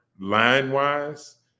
Line-wise